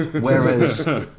Whereas